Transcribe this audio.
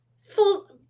Full